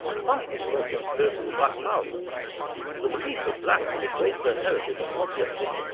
funk was closer in spirit to the black power movement, to the belief that blacks should embrace their heritage and not be ashamed of